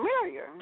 familiar